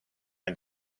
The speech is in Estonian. end